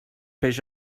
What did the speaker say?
peix